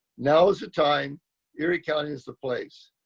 now is the time erie county is the place.